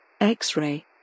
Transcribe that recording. X-Ray